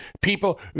People